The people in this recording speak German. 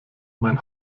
mein